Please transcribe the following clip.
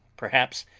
perhaps,